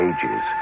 Ages